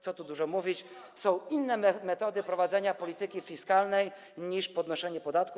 Co tu dużo mówić, są inne metody prowadzenia polityki fiskalnej, niż podnoszenie podatków.